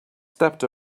stepped